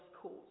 cause